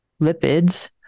lipids